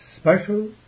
special